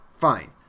Fine